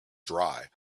dry